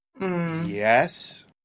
yes